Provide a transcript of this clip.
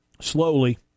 Slowly